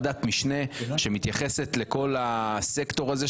בוועדת משנה שמתייחסת לכל הסקטור הזה,